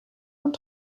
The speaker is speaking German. und